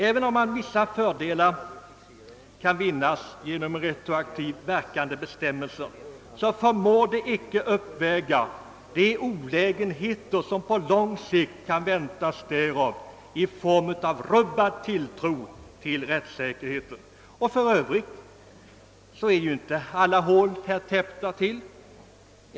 Även om vissa ekonomiska fördelar kan vinnas ur samhällets synpunkt genom retroaktivt verkande bestämmelser, så förmår dessa fördelar icke uppväga de olägenheter som på lång sikt kan väntas därav i form av medborgarnas rubbade tilltro till rättssäkerheten. För övrigt blir ju härigenom inte alla hål tilltäppta!